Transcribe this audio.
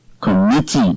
committee